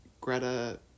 Greta